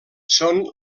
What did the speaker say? són